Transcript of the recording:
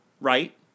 right